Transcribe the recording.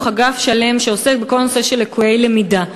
אגף שלם שעוסק בכל הנושא של לקויי למידה,